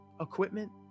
equipment